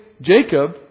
Jacob